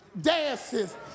dances